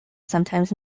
sometimes